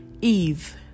Eve